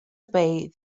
obey